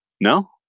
No